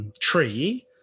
tree